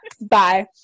Bye